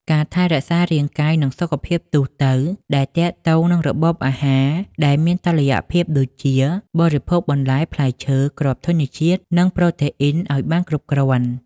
ការថែរក្សារាងកាយ និងសុខភាពទូទៅដែលទាក់ទងនឹងរបបអាហារដែលមានតុល្យភាពដូចជា បរិភោគបន្លែ ផ្លែឈើ គ្រាប់ធញ្ញជាតិ និងប្រូតេអុីនឱ្យបានគ្រប់គ្រាន់ ។